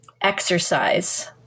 exercise